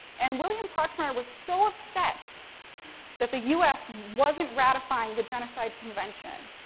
and, william proxmire was so upset that the us, wasn't ratifying the genocide convention,